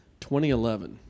2011